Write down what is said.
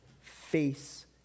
face